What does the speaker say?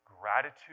gratitude